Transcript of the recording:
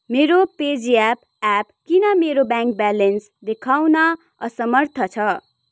मेरो PayZapp app किन मेरो ब्याङ्क ब्यालेन्स देखाउन असमर्थ छ